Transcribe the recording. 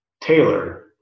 taylor